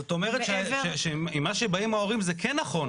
זאת אומרת שעם מה שבאים ההורים זה כן נכון,